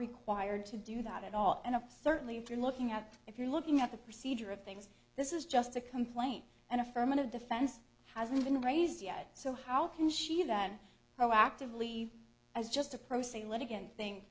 required to do that at all and certainly if you're looking at if you're looking at the procedure of things this is just a complaint an affirmative defense hasn't been raised yet so how can she then proactively as just a pro se litigant thin